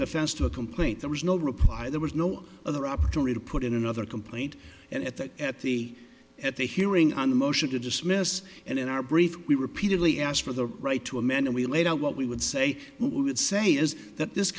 defense to a complaint there was no reply there was no other opportunity to put in another complaint and at that at the at the hearing on a motion to dismiss and in our brief we repeatedly asked for the right to amend and we laid out what we would say would say is that this